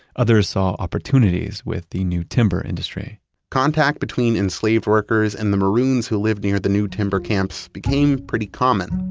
others saw opportunities with the new timber industry contact between enslaved workers and the maroons who lived near the new timber camps became pretty common.